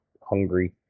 hungry